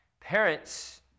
Parents